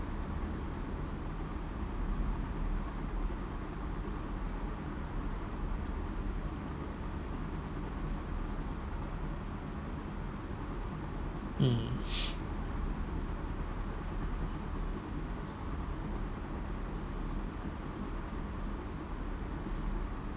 um